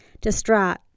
Distraught